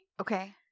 okay